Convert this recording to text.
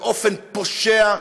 באופן פושע,